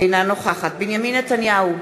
אינה נוכחת בנימין נתניהו,